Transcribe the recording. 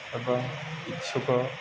ଏବଂ ଇଚ୍ଛୁକ